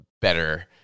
better